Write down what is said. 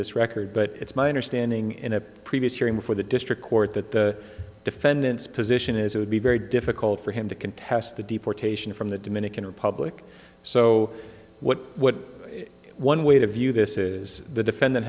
this record but it's my understanding in a previous hearing for the district court that the defendants position is it would be very difficult for him to contest the deportation from the dominican republic so what would one way to view this is the defendant